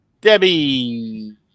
debbie